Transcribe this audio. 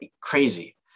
crazy